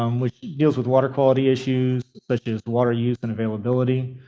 um which deals with water quality issues such as water use and availability,